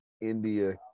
India